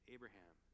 Abraham